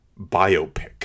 biopic